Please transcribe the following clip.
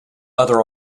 other